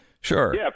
Sure